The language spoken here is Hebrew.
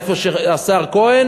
איפה שהשר כהן